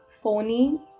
phony